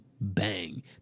bang